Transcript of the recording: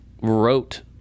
wrote